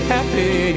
Happy